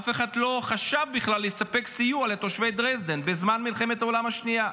אף אחד לא חשב בכלל לספק סיוע לתושבי דרזדן בזמן מלחמת העולם השנייה.